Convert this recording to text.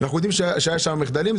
אנחנו יודעים שהיו שם מחדלים,